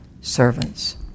servants